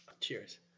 Cheers